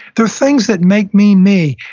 they're things that make me me.